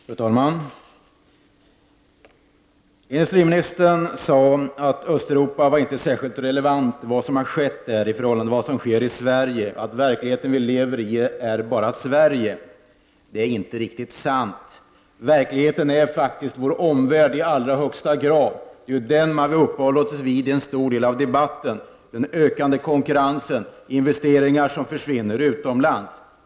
Fru talman! Industriministern sade att det som skett i Östeuropa inte var särskilt relevant i förhållande till vad som sker i Sverige och att den verklighet som vi lever i är begränsad enbart till Sverige. Det är inte riktigt sant. Verkligheten är faktiskt i allra högsta grad vår omvärld. Det är ju den vi uppehållit oss vid under en stor del av debatten: den ökande konkurrensen, investeringar som försvinner utomlands.